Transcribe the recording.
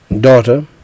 daughter